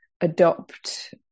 adopt